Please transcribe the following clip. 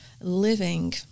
living